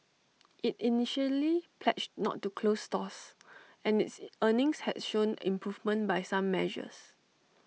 IT initially pledged not to close stores and its earnings had shown improvement by some measures